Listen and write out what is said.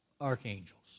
archangels